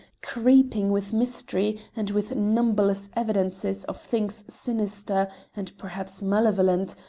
creeping with mystery and with numberless evidences of things sinister and perhaps malevolent,